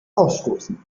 ausstoßen